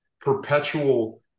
perpetual